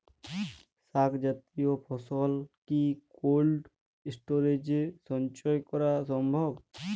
শাক জাতীয় ফসল কি কোল্ড স্টোরেজে সঞ্চয় করা সম্ভব?